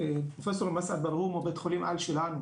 פרופסור מסעד ברהום הוא בית חולים על שלנו,